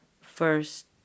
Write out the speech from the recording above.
first